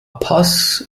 paz